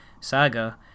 saga